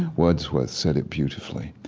wordsworth said it beautifully.